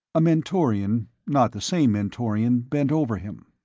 a mentorian not the same mentorian bent over him.